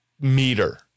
meter